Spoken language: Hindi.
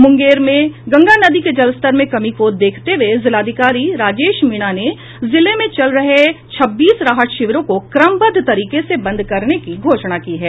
मुंगेर में गंगा नदी के जल स्तर में कमी को देखते हुए जिलाधिकारी राजेश मीणा ने जिले में चल रहे छब्बीस राहत शिविरों को क्रमबद्ध तरीके से बन्द करने की घोषणा की है